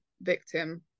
victim